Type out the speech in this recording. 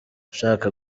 ushaka